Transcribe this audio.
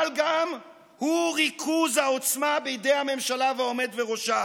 אבל הוא גם ריכוז העוצמה בידי הממשלה והעומד בראשה.